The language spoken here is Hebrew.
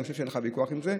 אני חושב שאין לך ויכוח על זה.